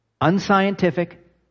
unscientific